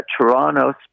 Toronto